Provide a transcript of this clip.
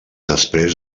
després